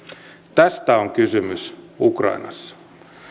tästä on kysymys ukrainassa